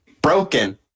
broken